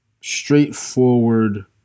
straightforward